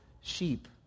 sheep